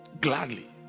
gladly